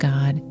God